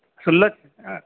सुनने छियै नाम